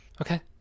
Okay